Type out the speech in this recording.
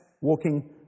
walking